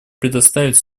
предоставить